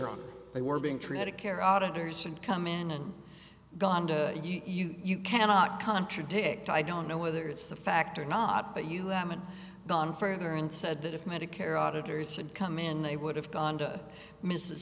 on they were being treated care auditors and come in and gone to you cannot contradict i don't know whether it's the fact or not but you haven't gone further and said that if medicare auditors should come in they would have gone to mrs